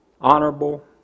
honorable